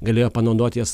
galėjo panaudot jas